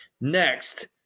Next